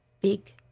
big